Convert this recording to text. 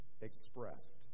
expressed